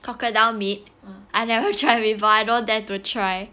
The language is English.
crocodile meat I never try before I don't dare to try